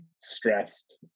stressed